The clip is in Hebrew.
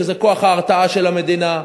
שזה כוח ההרתעה של המדינה,